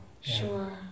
Sure